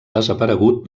desaparegut